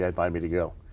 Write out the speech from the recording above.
they invited me to go.